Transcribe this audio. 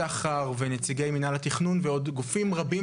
שחר ונציגי מינהל התכנון ועוד גופים רבים